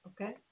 Okay